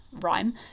rhyme